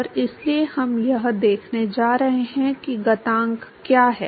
और इसलिए हम यह देखने जा रहे हैं कि घातांक क्या हैं